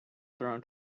thrown